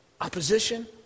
Opposition